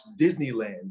Disneyland